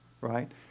right